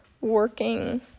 working